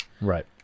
right